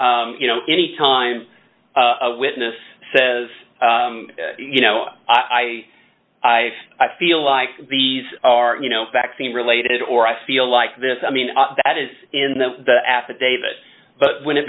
you know any time witness says you know i i i feel like these are you know vaccine related or i feel like this i mean that is in the affidavit but when it